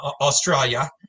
Australia